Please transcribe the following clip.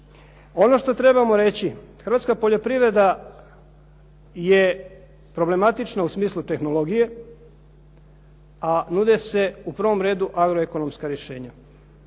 Ono što trebamo reći hrvatska poljoprivreda je problematična u smislu tehnologije, a nude se u prvom redu agro ekonomska rješenja.